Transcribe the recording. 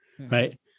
right